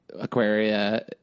Aquaria